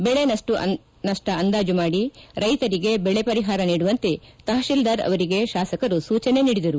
ಬೆಳಿ ನಷ್ಟ ಅಂದಾಜು ಮಾಡಿ ರೈತರಿಗೆ ಬೆಳಿ ಪರಿಹಾರ ನೀಡುವಂತೆ ತಹಶಿಲ್ವಾರ್ ಅವರಿಗೆ ಶಾಸಕರು ಸೂಚನೆ ನೀಡಿದರು